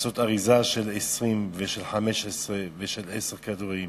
לעשות אריזה של 20 ושל 15 ושל 10 כדורים.